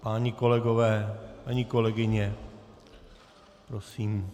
Páni kolegové, paní kolegyně, prosím.